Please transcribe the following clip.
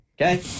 Okay